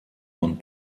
von